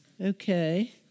Okay